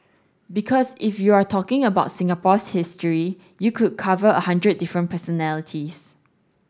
because if you're talking about Singapore's history you could cover a hundred different personalities